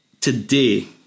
today